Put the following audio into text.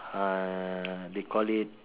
uh they call it